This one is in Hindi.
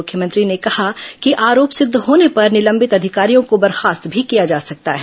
मुख्यमंत्री ने कहा कि आरोप सिद्ध होने पर निलंबित अधिकारियों को बर्खास्त भी किया जा सकता है